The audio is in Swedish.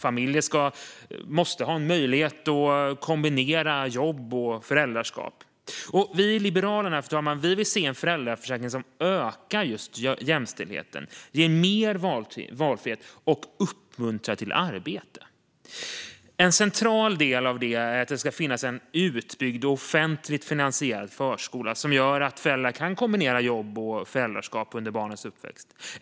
Familjer måste ha möjlighet att kombinera jobb och föräldraskap. Vi i Liberalerna vill se en föräldraförsäkring som ökar jämställdheten, ger mer valfrihet och uppmuntrar till arbete. En central del i detta är att det ska finnas en utbyggd och offentligt finansierad förskola som gör att föräldrarna kan kombinera jobb och föräldraskap under barnens uppväxt.